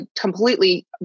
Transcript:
completely